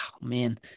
man